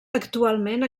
actualment